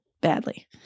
badly